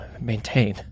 maintain